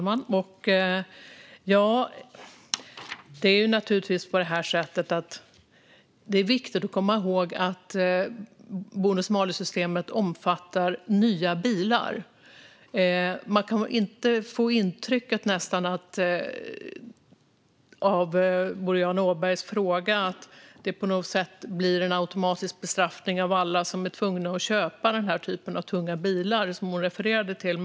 Fru talman! Det är naturligtvis viktigt att komma ihåg att bonus-malus-systemet omfattar nya bilar. Man kan nästan få intrycket av Boriana Åbergs fråga att det blir en automatisk bestraffning av alla som är tvungna att köpa den typ av tunga bilar som hon refererade till.